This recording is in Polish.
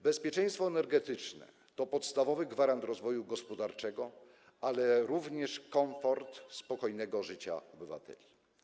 Bezpieczeństwo energetyczne to podstawowy gwarant rozwoju gospodarczego, ale również komfortu i spokojnego życia obywateli.